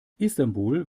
istanbul